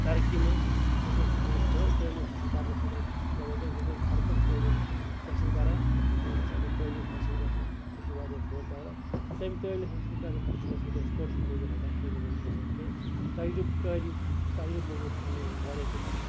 ترقی منٛز وٕنکیٚس چھُ مُلُک تعلیٖم حٲصِل کرنہٕ خٲطرٕ زَبردس وٕنکیٚس ہر کانٛہہ تعلیٖم حٲصِل کران دپان ہسا اَگر تعلیٖم حٲصِل گژھِ سُہ چھُ واریاہ بٔڑۍ دولت تمہِ تعلیٖم حٲصِل کرنہٕ خٲطرٕ چھُنہٕ اَسہِ وٕنٛکیٚس کٲشُر موٚزوٗر ہیٚکان ایٚولیبٕل گٔژھتھ کیٚنٛہہ تجرُبہٕ کٲری تَجرُبہٕ موٚزوٗر ژھارنہٕ منٛز چھِ اسہِ یِوان واریاہ دِکت